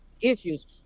issues